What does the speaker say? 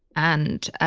and,